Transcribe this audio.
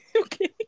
Okay